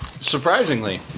Surprisingly